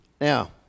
Now